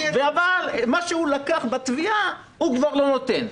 אבל את מה שהוא לקח בתביעה הוא כבר לא נותן.